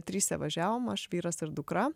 tryse važiavom aš vyras ir dukra